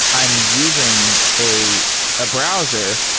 i'm using a ah browser.